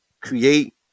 create